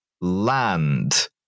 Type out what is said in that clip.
land